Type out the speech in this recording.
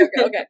okay